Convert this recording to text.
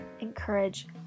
encourage